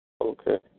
Okay